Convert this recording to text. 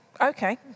Okay